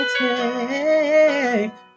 take